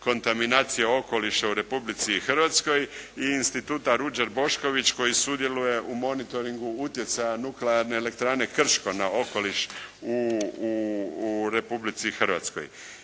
kontaminaciju okoliša u Republici Hrvatskoj i Instituta "Ruđer Bošković" koji sudjeluje u monitoringu utjecaja Nuklearne elektrane Krško na okoliš u Republici Hrvatskoj.